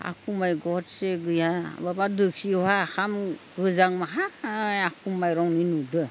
आखुमाइ गरसे गैया माबा दोख्सियावहा ओंखाम गोजां माहाय आखु माइरंनि नुदो